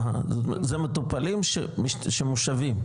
זה מטופלים שמושבים?